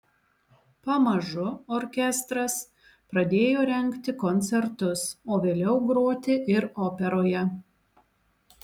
pamažu orkestras pradėjo rengti koncertus o vėliau groti ir operoje